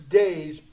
days